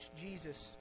Jesus